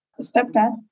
Stepdad